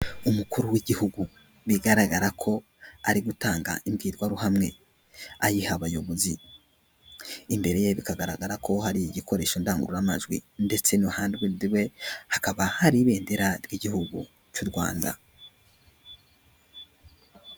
Umukuru w'igihugu bigaragara ko ari gutanga imbwirwaruhame ayiha abayobozi imbere ye bikagaragara ko hari igikoresho ndangururamajwi ndetse n'ahande we hakaba hari ibendera ry'igihugu cy'u Rwanda.